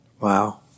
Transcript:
Wow